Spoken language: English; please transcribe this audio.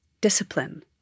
discipline